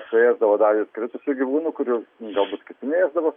suėsdavo dalį ir kritusių gyvūnų kurių galbūt kiti neėsdavo